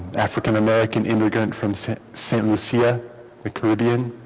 african-american immigrant from san san lucia the caribbean